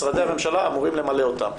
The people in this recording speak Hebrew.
משרדי הממשלה אמורים למלא אותם,